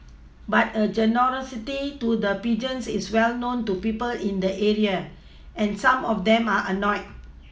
but her generosity to the pigeons is well known to people in the area and some of them are annoyed